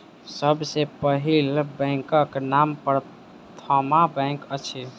सभ सॅ पहिल बैंकक नाम प्रथमा बैंक अछि